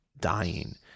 dying